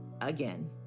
again